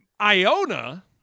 Iona